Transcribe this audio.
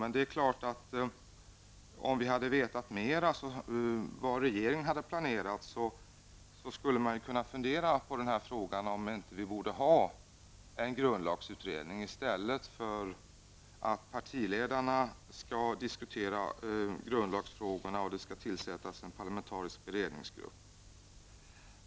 Men om vi hade vetat mer om vad regeringen hade planerat, skulle vi ha kunnat fundera på frågan om vi inte borde ha en grundlagsutredning i stället för att partiledarna skall diskutera grundlagsfrågorna och att det skall tillsättas en parlamentarisk beredningsgrupp.